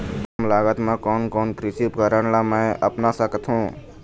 कम लागत मा कोन कोन कृषि उपकरण ला मैं अपना सकथो?